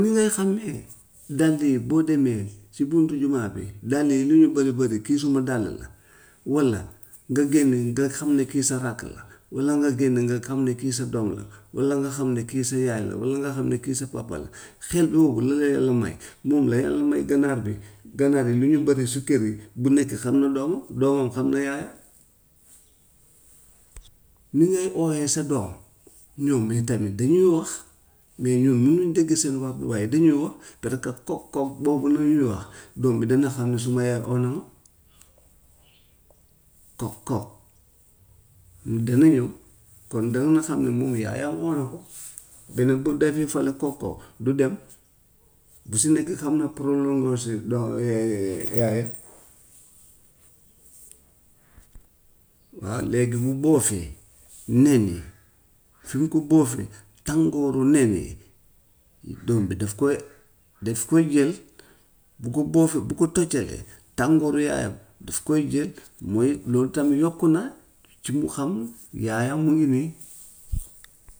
Ni ngay xàmmee dàll yi boo demee si buntu jumaa bi dàll yi lu ñu bari bari kii summi dàll la walla nga génn nga xam ne kii sa rakk la walla nga génn nga xam ne kii sa doom la walla nga xam ne kii sa yaay la walla nga xam ne kii sa papa la xel boobu la la yàlla may, moom la yàlla may ganaar bi. Ganaar lu muy doxi si kër yi bu nekk xam na doomam, doomam xam na yaayam. Ni ngay ooyee sa doom ñoom itamit dañuy wax, mais ñun munuñ dégg seen wax waaye dañoo parce que kok kok kok boobu noonu ñuy wax doom bi dana xam ne suma yaay oo na ma. Kok kok loolu dana ñëw kon dana xam ne moom yaayam woo na ko beneen bu defee fële kok kok du dem bu si nekk xam nga prononcer doom yaay. Waa léegi bu bóofee bu nenee fi mu ko bóofee tàngooru nen yi doom bi daf koy daf koy jël, bu ko bóofee bu ko tocalee tàngooru yaayam daf koy jël muy loolu tam yokku na ci mu xam yaayam mu ngi nii.